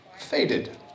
faded